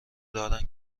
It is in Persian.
دارن